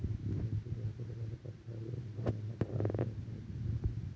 జంతు జాతులు వాటి రకాల గురించి నిన్న క్లాస్ లో నేర్పిచిన్రు